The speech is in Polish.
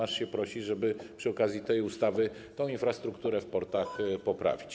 Aż się prosi, żeby przy okazji tej ustawy tę infrastrukturę w portach poprawić.